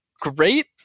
great